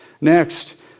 Next